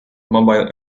mobile